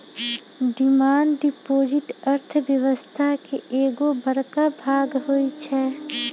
demand deposit अर्थव्यवस्था के एगो बड़का भाग होई छै